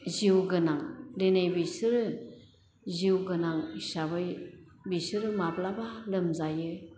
जिउ गोनां दिनै बिसोरो जिउ गोनां हिसाबै बिसोरो माब्लाबा लोमजायो